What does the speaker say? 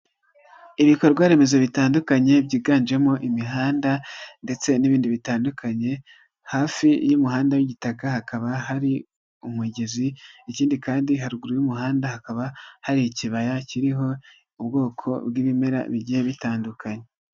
Ibikorwaremezo bitandukanye byiganjemo imihanda ndetse n'ibindi bitandukanye hafi y'umuhanda w'igitaka hakaba hari umugezi ikindi kandi haruguru y'umuhanda hakaba hari ikibaya kiriho ubwoko bw'ibimera bigiye bitandukanye.